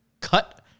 cut